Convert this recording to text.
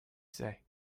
say